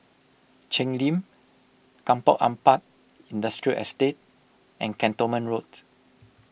Cheng Lim Kampong Ampat Industrial Estate and Cantonment Road